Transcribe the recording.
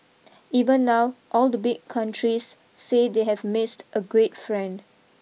even now all the big countries say they have missed a great friend